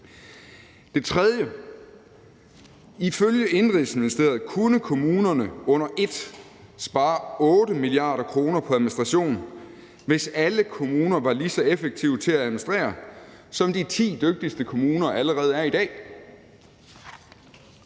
Det tredje er: Ifølge Indenrigs- og Sundhedsministeriet kunne kommunerne under et spare 8 mia. kr. på administration, hvis alle kommuner var lige så effektive til at administrere, som de ti dygtigste kommuner allerede er i dag.